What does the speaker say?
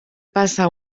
passa